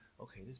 Okay